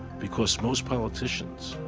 because most politicians,